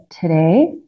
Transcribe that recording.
today